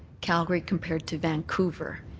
calgary compared to vancouver.